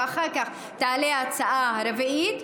ואחר כך תעלה ההצעה הרביעית,